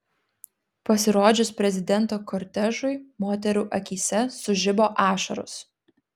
pasirodžius prezidento kortežui moterų akyse sužibo ašaros